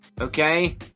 okay